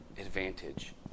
advantage